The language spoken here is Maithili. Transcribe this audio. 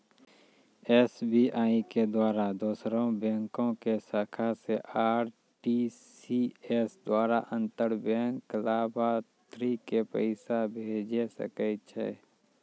एस.बी.आई के द्वारा दोसरो बैंको के शाखा से आर.टी.जी.एस द्वारा अंतर बैंक लाभार्थी के पैसा भेजै सकै छै